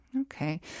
Okay